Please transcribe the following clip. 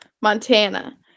Montana